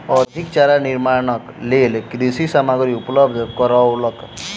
अधिक चारा निर्माणक लेल कृषक सामग्री उपलब्ध करौलक